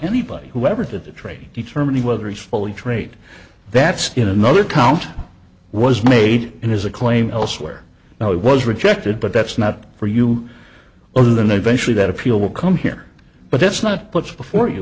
anybody whoever did the trade determining whether he's fully trait that's in another count was made in his a claim elsewhere now it was rejected but that's not for you other than a venture that appeal will come here but let's not put before you